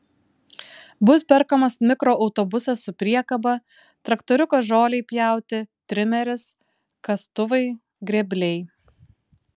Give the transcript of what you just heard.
bus perkamas mikroautobusas su priekaba traktoriukas žolei pjauti trimeris kastuvai grėbliai